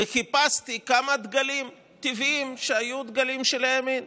וחיפשתי כמה דגלים טבעיים שהיו דגלים של הימין.